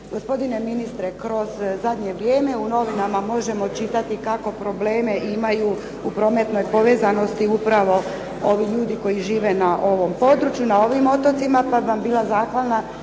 Gospodine ministre, kroz zadnje vrijeme u novinama možemo čitati kako probleme imaju u prometnoj povezanosti upravo ovi ljudi koji žive na ovom području, na ovim otocima, pa bih vam bila zahvalna